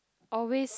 always